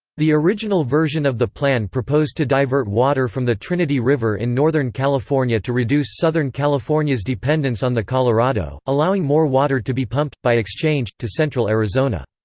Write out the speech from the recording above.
the original version of the plan proposed to divert water from the trinity river in northern california to reduce southern california's dependence on the colorado, allowing more water to be pumped, by exchange, to central arizona.